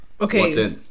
okay